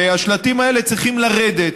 והשלטים האלה צריכים לרדת.